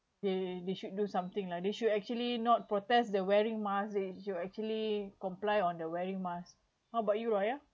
they they should do something lah they should actually not protest the wearing mask they should actually comply on the wearing mask how about you raya